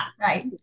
right